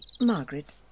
Margaret